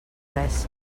res